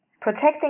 Protecting